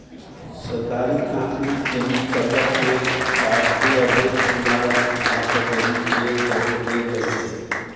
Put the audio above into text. सरकारी काम मे जमीन कब्जा केर बाद भू अर्जन विभाग मारफत जमीन केर दाम देल जाइ छै